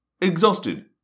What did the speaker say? Exhausted